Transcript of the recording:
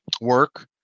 work